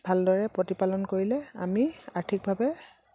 ভালদৰে প্ৰতিপালন কৰিলে আমি আৰ্থিকভাবে